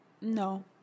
no